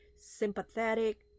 Sympathetic